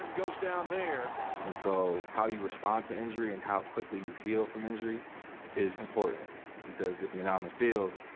goes down there. and so, how you respond to injury and how quickly you heal from injury is important because if you're not on the field,